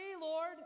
Lord